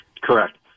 Correct